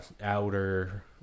outer